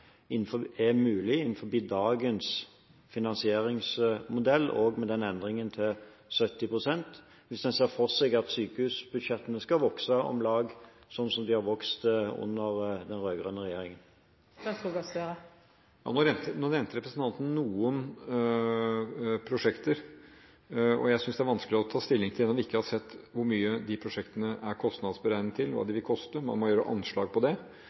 områdene er mulig innenfor dagens finansieringsmodell – og med endringen til 70 pst. – hvis en ser for seg at sykehusbudsjettene skal vokse om lag sånn som de har vokst under den rød-grønne regjeringen? Representanten nevnte noen prosjekter. Jeg synes det er vanskelig å ta stilling til det når jeg ikke har sett hvor mye de prosjektene er kostnadsberegnet til, man må gjøre anslag på